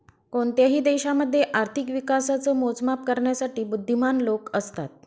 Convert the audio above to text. कोणत्याही देशामध्ये आर्थिक विकासाच मोजमाप करण्यासाठी बुध्दीमान लोक असतात